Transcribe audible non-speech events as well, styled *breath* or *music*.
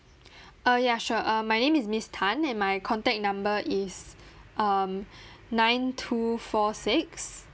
*breath* uh ya sure uh my name is miss tan and my contact number is um *breath* nine two four six